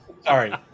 Sorry